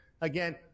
again